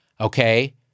okay